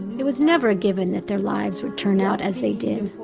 it was never a given that their lives would turn out as they did.